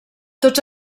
tots